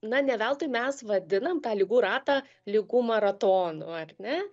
na ne veltui mes vadinam tą ligų ratą ligų maratonu ar ne